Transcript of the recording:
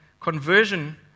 conversion